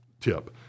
tip